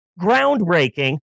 groundbreaking